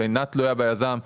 שאינה תלויה ביזם,